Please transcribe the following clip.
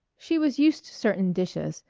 she was used to certain dishes,